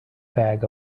bag